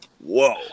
whoa